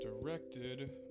directed